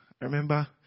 Remember